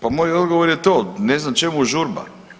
Pa moj odgovor je to, ne znam čemu žurba.